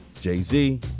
Jay-Z